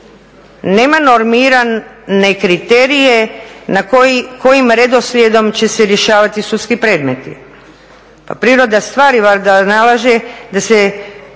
nema normirane kriterije kojim redoslijedom će se rješavati sudski predmeti. Pa priroda stvari valjda